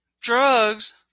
drugs